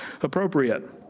appropriate